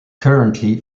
currently